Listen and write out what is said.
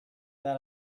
that